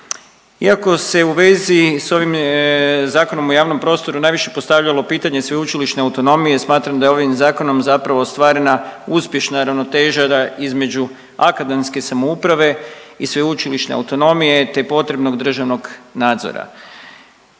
Iako se u vezi s ovim zakonom u javnom prostoru najviše postavljalo pitanje sveučilišne autonomije, smatram da je ovim zakonom zapravo ostvarena uspješna ravnoteža između akademske samouprave i sveučilišne autonomije te potrebnog državnog nadzora.